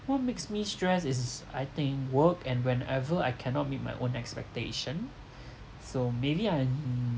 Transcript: what makes me stress is I think work and whenever I cannot meet my own expectation so maybe I'm mm